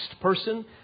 person